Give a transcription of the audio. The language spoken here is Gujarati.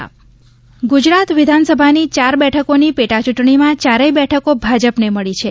વિધાનસભા ગુજરાત વિધાનસભાની ચાર બેઠકોની પેટાચૂંટણીમાં ચારેય બેઠકો ભાજપને મળી છે